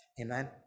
Amen